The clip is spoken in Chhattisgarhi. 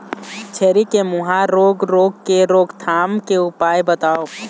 छेरी के मुहा रोग रोग के रोकथाम के उपाय बताव?